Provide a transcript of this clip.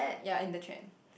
ya in the chain